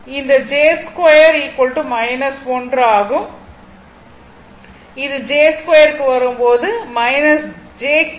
இந்த j3 க்கு வரும் போது j3 j